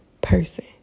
person